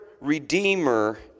Redeemer